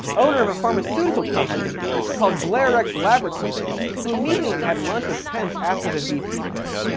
owner of a pharmaceutical company called blairex laboratories who immediately had lunch with pence after the vp pick.